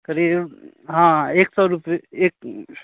करीब हँ एक सओ रुपैए एक